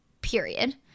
period